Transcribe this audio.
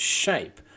shape